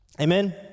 Amen